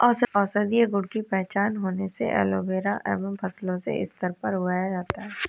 औषधीय गुण की पहचान होने से एलोवेरा अब फसलों के स्तर पर उगाया जाता है